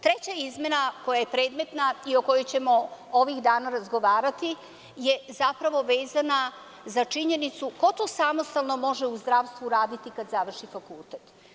Treća izmena koja je predmetna i o kojoj ćemo ovih dana razgovarati je zapravo vezana za činjenicu ko to samostalno može u zdravstvu raditi kad završi fakultet?